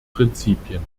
prinzipien